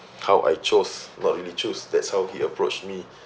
how I chose not really choose that's how he approached me